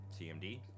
CMD